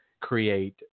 create